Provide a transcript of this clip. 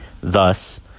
Thus